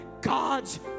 God's